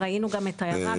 ראינו גם את ההערה.